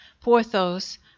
Porthos